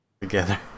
together